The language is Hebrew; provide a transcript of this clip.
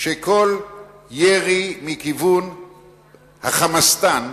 שכל ירי מכיוון "חמאסטן"